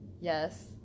Yes